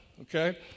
okay